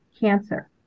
cancer